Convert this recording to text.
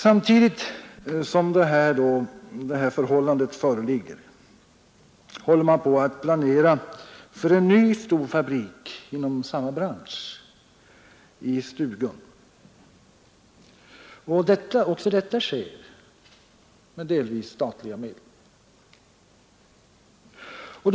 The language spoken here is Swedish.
Samtidigt som detta förhållande föreligger håller man på att planera för en ny stor fabrik inom samma bransch i Stugum. Också detta sker med delvis statliga medel.